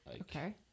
Okay